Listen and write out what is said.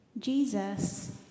Jesus